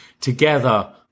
Together